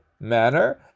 manner